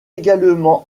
également